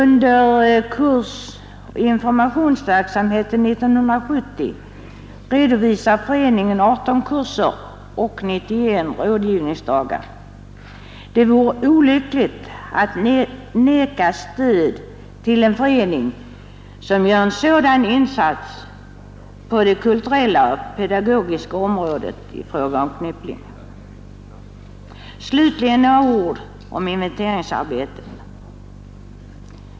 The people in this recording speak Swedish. För kursoch informationsverksamheten 1970 redovisar föreningen 18 kurser och 91 rådgivningsdagar. Det vore olyckligt att neka stöd till en förening som gör en sådan insats på det kulturella och pedagogiska området i fråga om knyppling. Slutligen några ord om inventeringsarbetet.